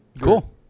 cool